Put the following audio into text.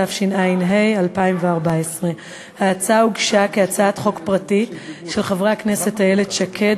התשע"ה 2014. ההצעה הוגשה כהצעת חוק פרטית של חברי הכנסת איילת שקד,